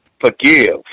forgive